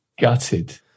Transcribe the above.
gutted